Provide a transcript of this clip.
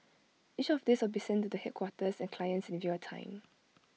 each of these will be sent to the headquarters and clients in real time